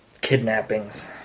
kidnappings